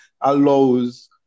allows